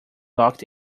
locked